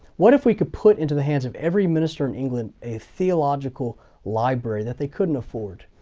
what if we could put into the hand of every minister in england, a theological library that they couldn't afford.